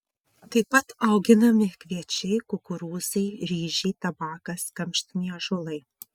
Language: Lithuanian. tai pat auginami kviečiai kukurūzai ryžiai tabakas kamštiniai ąžuolai